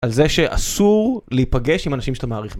על זה שאסור להיפגש עם אנשים שאתה מעריך.